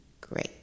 great